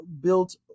built